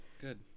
Good